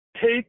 take